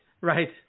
right